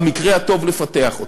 במקרה הטוב, לפתח אותו.